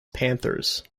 panthers